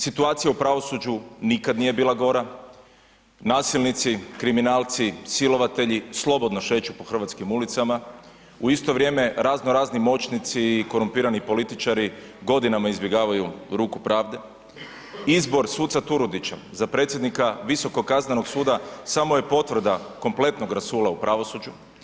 Situacija u pravosuđu nikad nije bila gora, nasilnici, kriminalci, silovatelji, slobodno šeću po hrvatskim ulicama, u isto vrijeme razno, razni moćnici i korumpirani političari godinama izbjegavaju ruku pravde, izbor suca Turudića za predsjednika Visokog kaznenog suda samo je potvrda kompletnog rasula u pravosuđu.